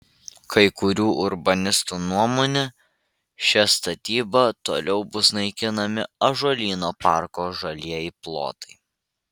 kai kurių urbanistų nuomone šia statyba toliau bus naikinami ąžuolyno parko žalieji plotai